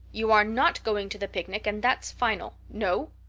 you are not going to the picnic and that's final. no,